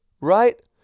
right